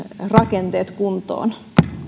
rakenteet kuntoon